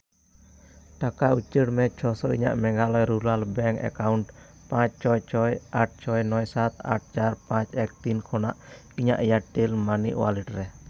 ᱴᱟᱠᱟ ᱩᱪᱟᱹᱲ ᱢᱮ ᱪᱷᱚ ᱥᱚ ᱤᱧᱟᱹᱜ ᱢᱮᱜᱷᱟᱞᱚᱭ ᱨᱩᱨᱟᱞ ᱮᱠᱟᱣᱩᱱᱴ ᱯᱟᱸᱪ ᱪᱷᱚᱭ ᱪᱷᱚᱭ ᱟᱴ ᱪᱷᱚᱭ ᱱᱚᱭ ᱟᱴ ᱥᱟᱛ ᱪᱟᱨ ᱯᱟᱸᱪ ᱮᱠ ᱛᱤᱱ ᱠᱷᱚᱱᱟᱜ ᱤᱧᱟᱹᱜ ᱮᱭᱟᱨᱴᱮᱞ ᱢᱟᱹᱱᱤ ᱳᱣᱟᱞᱮᱴ ᱨᱮ